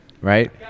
Right